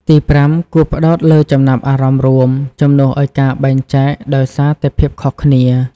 ទីប្រាំ គួរផ្តោតលើចំណាប់អារម្មណ៍រួម ជំនួសឲ្យការបែងចែកដោយសារតែភាពខុសគ្នា។